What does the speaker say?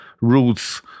roots